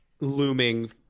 looming